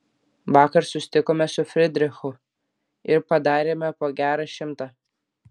vakar susitikome su fridrichu ir padarėme po gerą šimtą